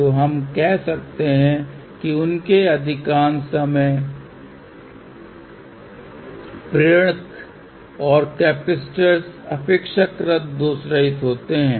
तो हम कह सकते हैं कि उनके अधिकांश समय प्रेरक और कैपेसिटर अपेक्षाकृत दोषरहित होते हैं